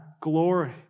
glory